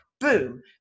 Boom